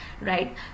right